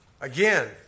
Again